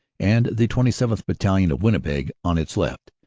and the twenty seventh. battalion, of winnipeg, on its left.